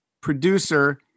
producer